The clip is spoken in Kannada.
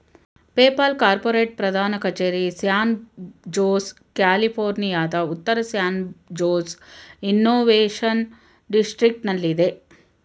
ಪೇಪಾಲ್ ಕಾರ್ಪೋರೇಟ್ ಪ್ರಧಾನ ಕಚೇರಿ ಸ್ಯಾನ್ ಜೋಸ್, ಕ್ಯಾಲಿಫೋರ್ನಿಯಾದ ಉತ್ತರ ಸ್ಯಾನ್ ಜೋಸ್ ಇನ್ನೋವೇಶನ್ ಡಿಸ್ಟ್ರಿಕ್ಟನಲ್ಲಿದೆ